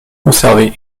conserver